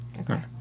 Okay